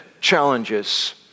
challenges